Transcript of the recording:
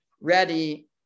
ready